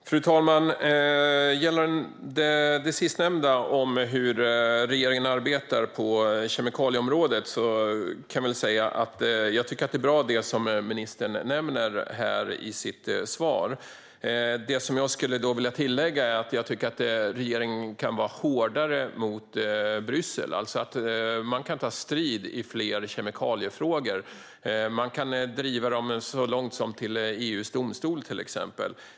Fru talman! När det gäller det sistnämnda, om hur regeringen arbetar på kemikalieområdet, tycker jag att det som ministern nämner i sitt svar är bra. Jag vill tillägga att jag tycker att regeringen kan vara hårdare mot Bryssel. Man kan ta strid i fler kemikaliefrågor. Man kan till exempel driva dem så långt som till EU:s domstol.